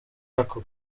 ako